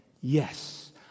Yes